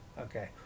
Okay